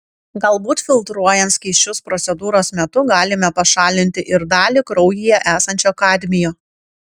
galbūt filtruojant skysčius procedūros metu galime pašalinti ir dalį kraujyje esančio kadmio